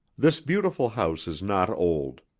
this beautiful house is not old.